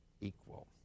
equal